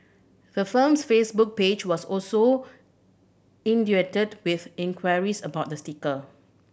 the firm's Facebook page was also with enquiries about the sticker